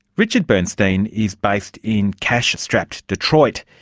richard bernstein is based in cash-strapped detroit.